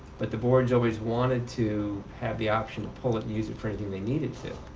but the board's always wanted to have the option to pull it and use it for anything they needed to.